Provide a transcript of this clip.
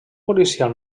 policial